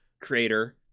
creator